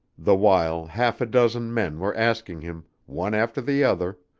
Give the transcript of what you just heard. the while half a dozen men were asking him, one after the other,